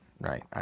right